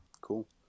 cool